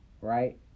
right